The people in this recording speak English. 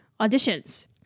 auditions